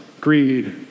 greed